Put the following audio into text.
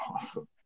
awesome